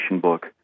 book